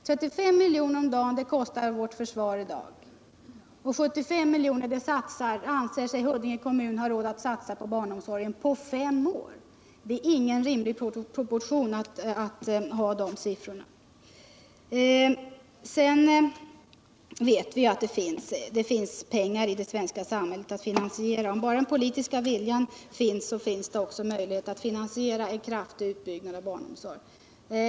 35 milj.kr. kostar vårt försvar per dag, och 75 milj.kr. anser sig Huddinge kommun ha råd att satsa på barnomsorgen på fem år. Det är ingen rimlig proportion i de siffrorna. Sedan vet vi att det finns pengar i det svenska samhället för en finansiering. Om bara den politiska viljan finns går det också att finansiera en kraftig utbyggnad av barnomsorgen.